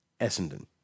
Essendon